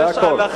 זה הכול.